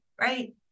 right